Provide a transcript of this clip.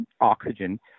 oxygen